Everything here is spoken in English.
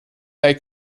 they